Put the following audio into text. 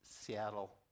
Seattle